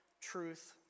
truth